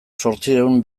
zortziehun